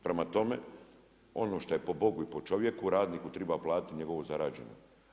Prema tome, ono što je po Bogu i po čovjeku, radniku treba platiti njegovo zarađeno.